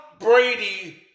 Brady